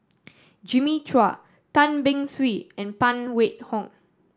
Jimmy Chua Tan Beng Swee and Phan Wait Hong